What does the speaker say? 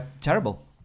Terrible